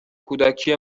کودکی